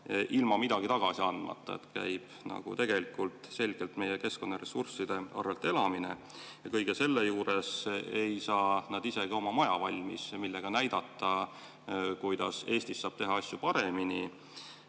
ilma midagi tagasi andmata. Käib tegelikult selgelt meie keskkonnaressursside arvel elamine. Ja kõige selle juures ei saa nad isegi oma maja valmis, millega näidata, kuidas Eestis saab teha asju paremini.